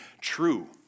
true